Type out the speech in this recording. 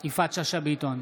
יפעת שאשא ביטון,